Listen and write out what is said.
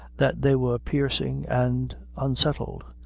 that they were piercing and unsettled,